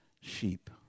sheep